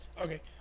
Okay